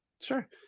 Sure